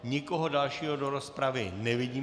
Nikoho dalšího do rozpravy nevidím.